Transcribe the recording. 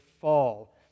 fall